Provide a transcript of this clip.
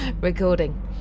recording